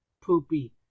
poopy